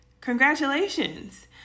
congratulations